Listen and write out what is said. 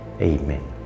Amen